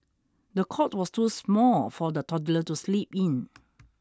the cot was too small for the toddler to sleep in